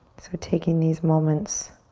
so taking these moments